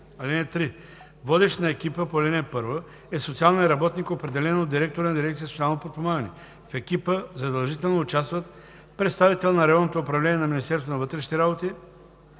екипа. (3) Водещ на екипа по ал. 1 е социалният работник, определен от директора на дирекция „Социално подпомагане“. В екипа задължително участват представител на районното управление на Министерство на вътрешните работи